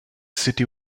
city